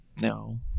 No